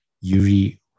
Yuri